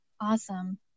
Awesome